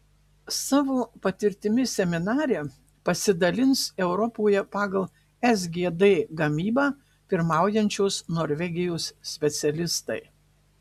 savo patirtimi seminare pasidalins europoje pagal sgd gamybą pirmaujančios norvegijos specialistai